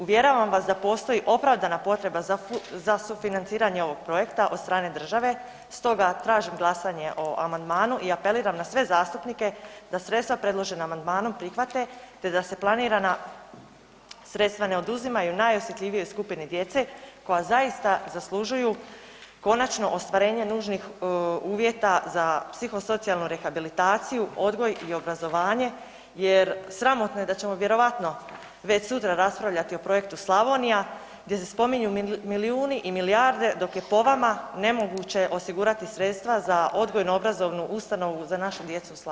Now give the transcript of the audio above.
Uvjeravam vas da postoji opravdana potreba za sufinanciranje ovog projekta od strane države, stoga tražim glasanje o amandmanu i apeliram na sve zastupnike da sredstva predložena amandmanom prihvate te da se planirana sredstva ne oduzimaju najosjetljivijoj skupini djece koja zaista zaslužuju konačno ostvarenje nužnih uvjeta za psihosocijalnu rehabilitaciju, odgoj i obrazovanje jer sramotno je da ćemo vjerojatno već sutra raspravljati o projektu Slavonija gdje se spominju milijuni i milijarde dok je po vama nemoguće osigurati sredstva za odgojno obrazovnu ustanovu za našu djecu u Slavoniji.